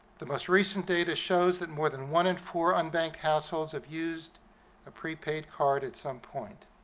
the most recent data shows that more than one in four unbanked households have used a prepaid card at some point.